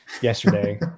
Yesterday